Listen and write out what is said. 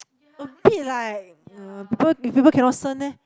a bit like uh people if people cannot 身 leh